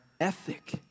ethic